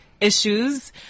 issues